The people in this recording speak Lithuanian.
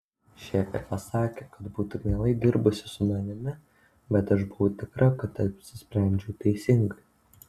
šefė pasakė kad būtų mielai dirbusi su manimi bet aš buvau tikra kad apsisprendžiau teisingai